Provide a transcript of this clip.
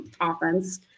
offense